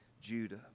Judah